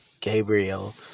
Gabriel